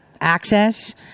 access